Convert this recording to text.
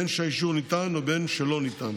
בין שהאישור ניתן ובין שלא ניתן.